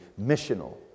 missional